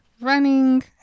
running